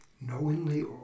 knowingly